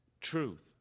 truth